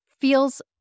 feels